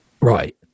right